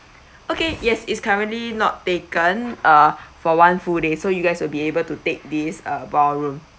okay yes it's currently not taken uh for one full day so you guys will be able to take this uh ballroom